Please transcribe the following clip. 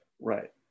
Right